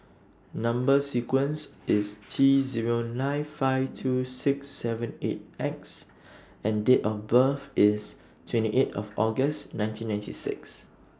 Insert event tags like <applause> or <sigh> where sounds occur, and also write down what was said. <noise> Number sequence IS T Zero nine five two six seven eight X and Date of birth IS twenty eight of August nineteen ninety six